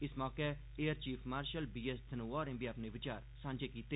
इस मौके air chief marshal B S Dhanoa होरें बी अपने विचार सांझे कीते